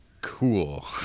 Cool